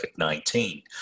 COVID-19